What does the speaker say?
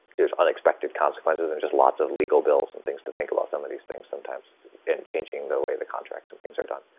there's unexpected consequences and just lots of legal bills and things to think about some of these things sometimes in changing the way the contracts and things are done.